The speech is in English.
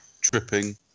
tripping